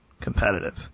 Competitive